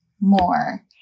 more